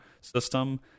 system